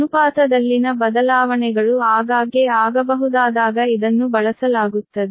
ಅನುಪಾತದಲ್ಲಿನ ಬದಲಾವಣೆಗಳು ಆಗಾಗ್ಗೆ ಆಗಬಹುದಾದಾಗ ಇದನ್ನು ಬಳಸಲಾಗುತ್ತದೆ